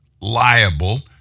liable